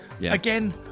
again